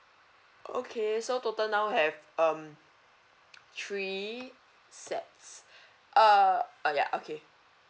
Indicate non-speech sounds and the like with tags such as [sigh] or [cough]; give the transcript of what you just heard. okay so total now have um [noise] three sets uh uh ya okay